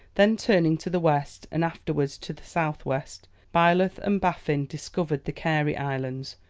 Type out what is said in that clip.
then turning to the west, and afterwards to the south-west, byleth and baffin discovered the carey islands,